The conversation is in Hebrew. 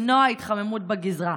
למנוע התחממות בגזרה.